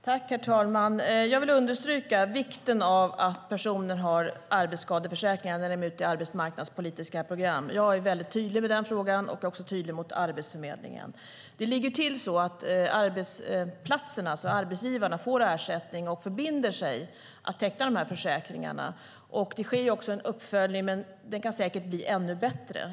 Herr talman! Jag vill understryka vikten av att personer har arbetsskadeförsäkringar när de är ute i arbetsmarknadspolitiska program. Jag är mycket tydlig i den frågan, och jag är också tydlig mot Arbetsförmedlingen. Arbetsgivarna på de olika arbetsplatserna får ersättning och förbinder sig att teckna dessa försäkringar. Det sker också en uppföljning, men det kan säkert bli ännu bättre.